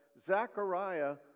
Zechariah